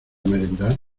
merendar